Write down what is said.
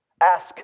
Ask